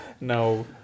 no